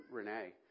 Renee